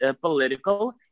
political